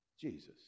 Jesus